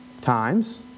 Times